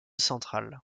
centrale